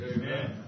Amen